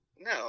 No